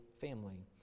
family